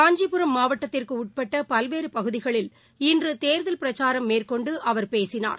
காஞ்சிபுரம் மாவட்டத்திற்கு உட்பட்ட பல்வேறு பகுதிகளில் இன்று தேர்தல் பிரச்சாரம் மேற்கொண்டு அவர் பேசினார்